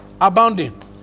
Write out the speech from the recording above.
abounding